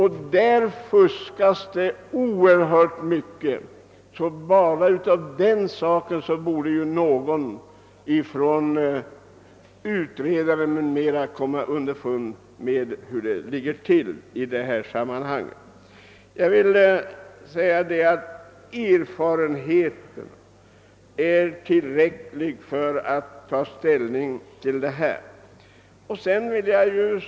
Här fuskas det oerhört mycket, och utredare m.fl. borde av det skälet komma underfund med hur det ligger till på den punkten. — Jag hävdar alltså att erfarenheten är tillräcklig för att vi skall kunna ta ställning.